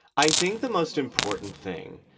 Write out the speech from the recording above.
i think the most important thing,